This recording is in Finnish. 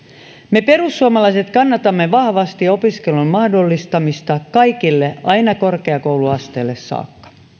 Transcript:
me perussuomalaiset kannatamme vahvasti opiskelun mahdollistamista kaikille aina korkeakouluasteelle saakka